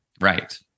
right